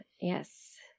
yes